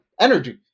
energy